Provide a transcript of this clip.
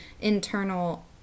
internal